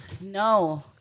No